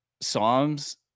Psalms